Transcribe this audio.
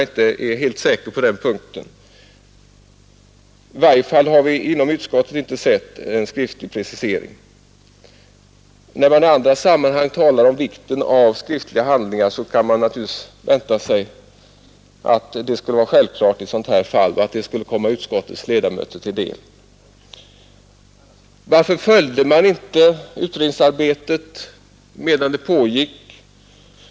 När man i andra sammanhang talar om vikten av skriftliga handlingar borde vi naturligtvis vänta oss att sådana i ett fall som detta vore självklara och skulle komma utskottets ledamöter till del. Varför följde man inte utredningsarbetet medan det pågick?